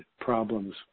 problems